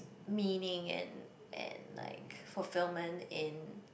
meaning and and like fulfillment in